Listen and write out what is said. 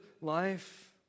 life